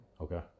Okay